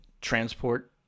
transport